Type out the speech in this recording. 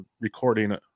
recording